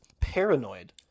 paranoid